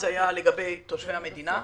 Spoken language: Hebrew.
אז היה לגבי תושבי המדינה.